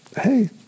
hey